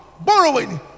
borrowing